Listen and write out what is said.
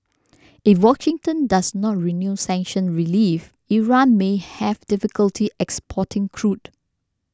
if Washington does not renew sanctions relief Iran may have difficulty exporting crude